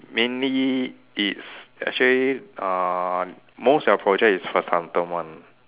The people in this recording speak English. mainly it's actually uh most of their project is Vasantham one